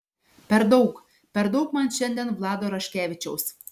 per daug per daug man šiandien vlado raškevičiaus